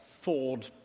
Ford